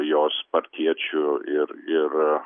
jos partiečių ir ir